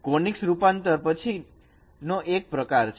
તેથી કોનીકસ રૂપાંતર પછી નો એક પ્રકાર છે